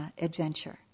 adventure